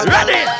Ready